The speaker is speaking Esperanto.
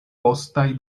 postaj